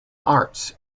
arts